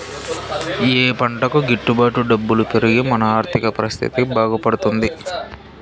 ఏ పంటకు గిట్టు బాటు డబ్బులు పెరిగి మన ఆర్థిక పరిస్థితి బాగుపడుతుంది?